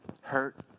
hurt